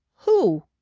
who?